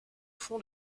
fond